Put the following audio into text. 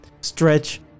stretch